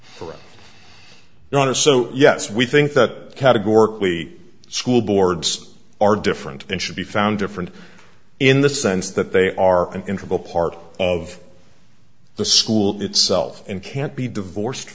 us not to so yes we think that categorically school boards are different and should be found different in the sense that they are an integral part of the school itself and can't be divorced